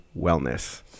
wellness